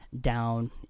down